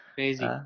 Crazy